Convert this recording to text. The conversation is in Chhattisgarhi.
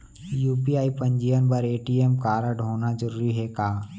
यू.पी.आई पंजीयन बर ए.टी.एम कारडहोना जरूरी हे का?